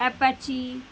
apache